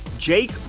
Jake